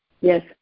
Yes